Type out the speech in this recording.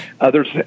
Others